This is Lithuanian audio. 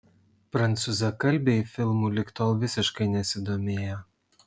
prancūzakalbiai filmu lig tol visiškai nesidomėjo